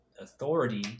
authority